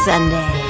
Sunday